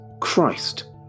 Christ